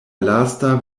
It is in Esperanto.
lasta